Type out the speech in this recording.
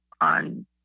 on